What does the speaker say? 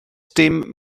dim